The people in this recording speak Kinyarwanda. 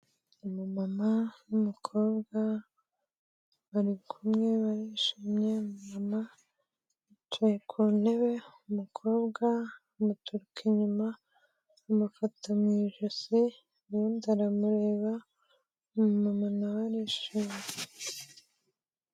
Umumama n'umukobwa bari kumwe bishimye , umumama yicaye ku ntebe umukobwa amuturuka inyuma amufata mu ijosi ,ubundi aramureba umumama nawe arishima.